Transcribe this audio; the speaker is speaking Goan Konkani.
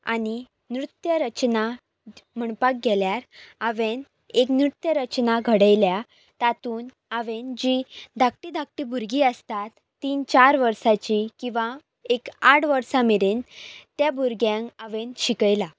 आनी नृत्य रचना म्हणपाक गेल्यार हांवें एक नृत्य रचना घडयल्या तातूंत हांवे जी धाकटीं धाकटीं भुरगीं आसतात तीन चार वर्सांची किंवां एक आठ वर्सां मेरेन त्या भुरग्यांक हांवें शिकयलां